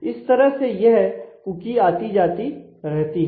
इस तरह से यह कुकी आती जाती रहती है